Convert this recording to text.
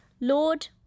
Lord